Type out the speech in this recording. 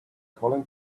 calling